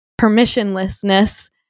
permissionlessness